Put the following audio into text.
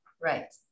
right